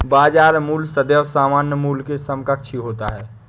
बाजार मूल्य सदैव सामान्य मूल्य के समकक्ष ही होता है